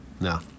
No